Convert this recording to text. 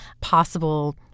possible